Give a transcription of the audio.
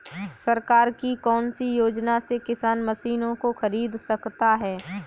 सरकार की कौन सी योजना से किसान मशीनों को खरीद सकता है?